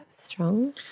strong